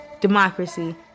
democracy